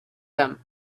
them